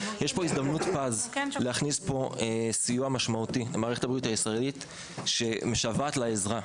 הזדמנות פז להכניס סיוע משמעותי למערכת הבריאות הישראלית שמשוועת לעזרה.